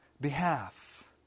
behalf